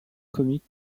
comique